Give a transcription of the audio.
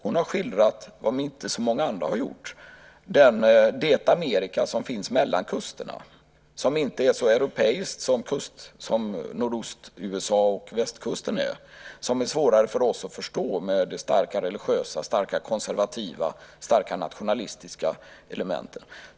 Hon har skildrat det som inte så många andra har gjort, det Amerika som finns mellan kusterna, som inte är så europeiskt som Nordost-USA och västkusten är, som är svårare för oss att förstå med de starka religiösa, konservativa och nationella elementen.